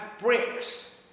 bricks